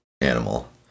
animal